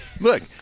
Look